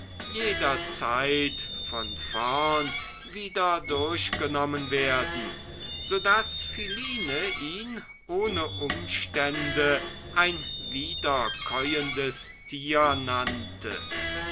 jederzeit von vorn wieder durchgenommen werden so daß philine ihn ohne umstände ein wiederkäuendes tier